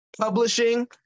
publishing